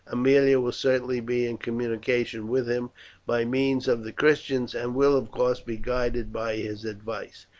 aemilia will certainly be in communication with him by means of the christians, and will, of course, be guided by his advice.